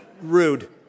rude